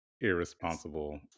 irresponsible